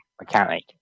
mechanic